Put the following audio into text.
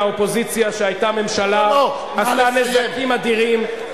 האופוזיציה שהיתה ממשלה עשתה נזקים אדירים.